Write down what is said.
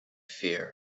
fear